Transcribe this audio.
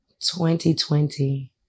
2020